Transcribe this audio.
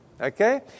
Okay